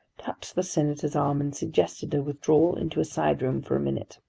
touched the senator's arm and suggested a withdrawal into a side room for a minute.